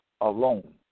alone